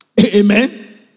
Amen